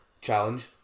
Challenge